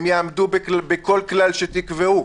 זה בהחלט הגיוני,